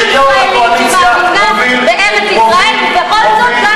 שמאמינה בארץ-ישראל ובכל זאת,